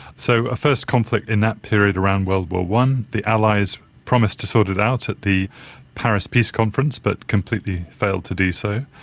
so a first conflict in that period around world war i, the allies promised to sort it out at the paris peace conference but completely failed to do so,